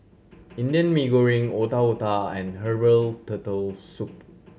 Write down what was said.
Indian Mee Goreng Otak Otak and herbal Turtle Soup